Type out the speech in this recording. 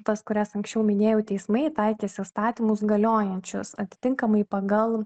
tas kurias anksčiau minėjau teismai taikys įstatymus galiojančius atitinkamai pagal